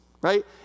Right